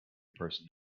person